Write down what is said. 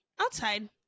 outside